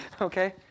Okay